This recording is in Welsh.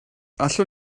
allwn